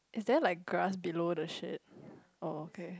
is there like glass below the shade oh okay